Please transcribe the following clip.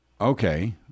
okay